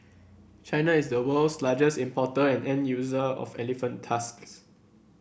China is the world's largest importer and end user of elephant tusks